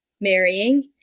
marrying